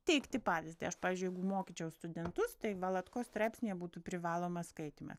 teikti pavyzdį aš pavyzdžiui jeigu mokyčiau studentus tai valatkos straipsnyje būtų privalomas skaitymas